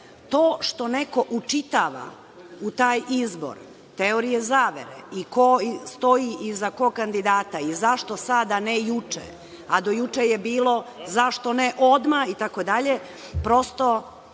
To što neko učitava u taj izbor teorije zavere i ko stoji iza kog kandidata i zašto sada a ne juče, a do juče je bilo zašto ne odmah itd, prosto,